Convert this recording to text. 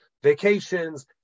vacations